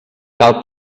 cal